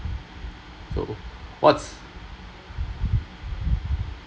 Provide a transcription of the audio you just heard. so what’s